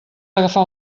agafar